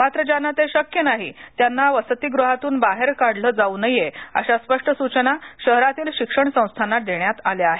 मात्र ज्यांना ते शक्य नाही त्यांना वसतिगृहातून बाहेर काढल जाऊ नये अशा स्पष्ट सूचना शहरातील शिक्षण संस्थाना देण्यात आल्या आहेत